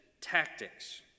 tactics